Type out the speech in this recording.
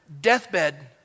deathbed